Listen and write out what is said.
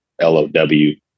L-O-W